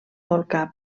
volcà